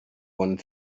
one